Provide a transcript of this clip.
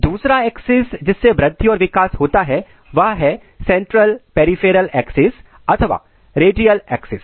दूसरा एक्सेस जिससे वृद्धि और विकास होता है वह है सेंट्रल पेरीफेरल एक्सेस अथवा रेडियल एक्सेस